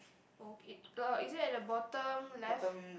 oh it uh is it at the bottom left